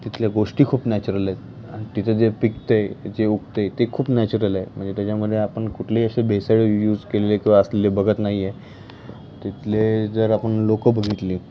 तिथल्या गोष्टी खूप नॅचरल आहेत आणि तिथं जे पिकतं आहे जे उगतं आहे ते खूप नॅचरल आहे म्हणजे त्याच्यामध्ये आपण कुठलेही असे भेसाळ यूज केलेले किंवा असलेले बघत नाही आहे तिथले जर आपण लोक बघितली